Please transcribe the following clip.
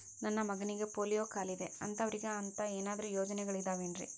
ನನ್ನ ಮಗನಿಗ ಪೋಲಿಯೋ ಕಾಲಿದೆ ಅಂತವರಿಗ ಅಂತ ಏನಾದರೂ ಯೋಜನೆಗಳಿದಾವೇನ್ರಿ?